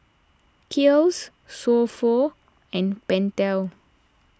Kiehl's So Pho and Pentel